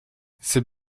c’est